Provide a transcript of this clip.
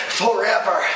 forever